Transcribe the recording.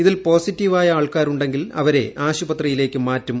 ഇതിൽ പോസിറ്റീവ് ആയ ആൾക്കാരുണ്ടെങ്കിൽ അവരെ ആശുപത്രിയിലേയ്ക്ക് മാറ്റും